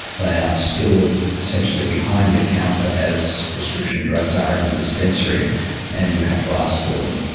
they are stored, essentially, behind the counter as prescription drugs are in the dispensary and you have to ask for them.